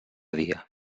dia